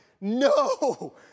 no